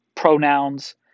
pronouns